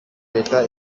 leta